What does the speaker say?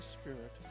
Spirit